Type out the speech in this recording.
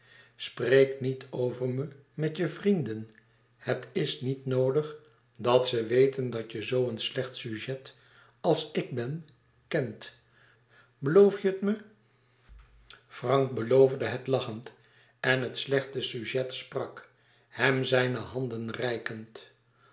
spreek niet over me met je vrienden het is niet noodig dat ze weten dat je zoo een slecht sujet als ik ben kent beloof je het me frank beloofde het lachend en het slechte sujet sprak hem zijne handen reikend